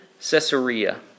Caesarea